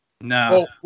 No